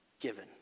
given